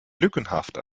lückenhaft